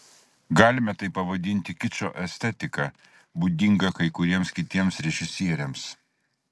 galime tai pavadinti kičo estetika būdinga kai kuriems kitiems režisieriams